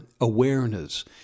awareness